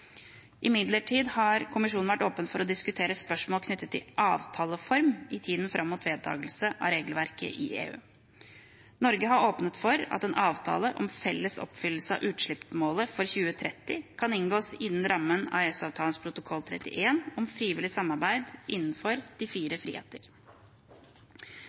Imidlertid har Kommisjonen vært åpen for å diskutere spørsmål knyttet til avtaleform i tiden fram mot vedtakelse av regelverket i EU. Norge har åpnet for at en avtale om felles oppfyllelse av utslippsmålet for 2030 kan inngås innenfor rammen av EØS-avtalens protokoll 31 om frivillig samarbeid utenfor de